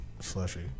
slushy